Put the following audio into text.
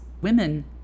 women